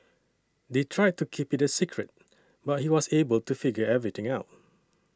they tried to keep it a secret but he was able to figure everything out